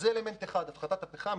אז זה אלמנט אחד, הפחתת הפחם.